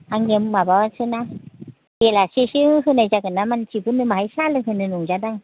आंनिया माबासोना बेलासेसो होनाय जागोन ना मानसिफोरनो बाहाय साहा लोंहोनो नंदों आं